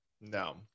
no